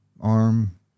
arm